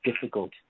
difficult